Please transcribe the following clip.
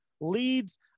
leads